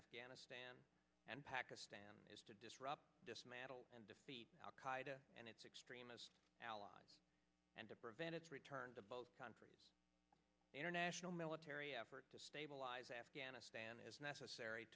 afghanistan and pakistan is to disrupt dismantle and defeat al qaida and its extremist allies and to prevent its return to both countries international military effort to stabilize afghanistan as necessary